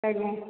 ଆଜ୍ଞା